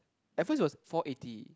at first was four eighty